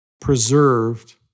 preserved